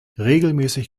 regelmäßig